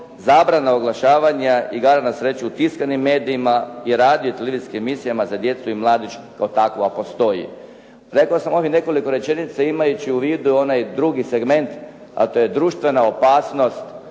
zabrana oglašavanja igara na sreću u tiskanim medijima i radio-televizijskim emisijama za djecu i mladež kao takva postoji. Rekao sam ovih nekoliko rečenica imajući u vidu onaj drugi segment, a to je društvena opasnost